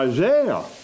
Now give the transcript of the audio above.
Isaiah